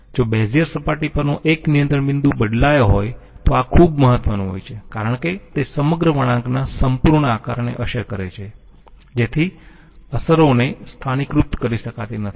જો બેઝીઅર સપાટી પરનો એક નિયંત્રણ બિંદુ બદલાયો હોય તો આ ખૂબ મહત્વનું હોય છે કારણ કે તે સમગ્ર વળાંકના સંપૂર્ણ આકારને અસર કરે છે જેથી અસરોને સ્થાનિકીકૃત કરી શકાતી નથી